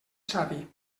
savi